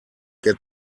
get